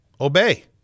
Obey